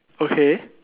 okay